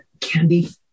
Candy